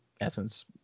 essence